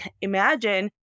imagine